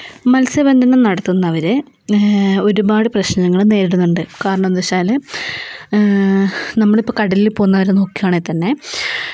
മത്സ്യബന്ധനം നടത്തുന്നവര്ഒരുപാട് പ്രശ്നങ്ങൾ നേരിടുന്നുണ്ട് കാരണം എന്ന് വെച്ചാല് നമ്മളിപ്പോൾ കടലില് പോകുന്നവരെ നോക്കു ആണെങ്കിൽ തന്നെ